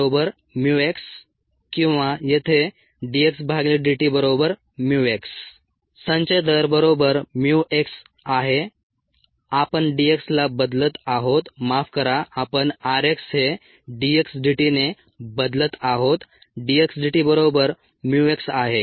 rxμxorheredxdtμx संचय दर बरोबर mu x आहे आपण d x ला बदलत आहोत माफ करा आपण r x हे d x dt ने बदलत आहोत d x dt बरोबर mu x आहे